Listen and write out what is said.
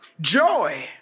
joy